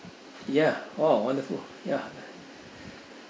ya !wow! wonderful ya